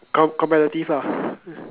com~ competitive lah